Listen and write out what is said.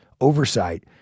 oversight